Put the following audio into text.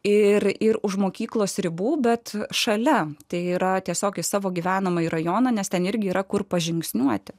ir ir už mokyklos ribų bet šalia tai yra tiesiog į savo gyvenamąjį rajoną nes ten irgi yra kur pažingsniuoti